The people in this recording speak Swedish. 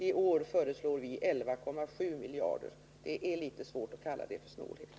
I år föreslår vi 11,7 miljarder. Det är litet svårt att kalla det för snålhet.